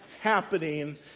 happening